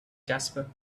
jasper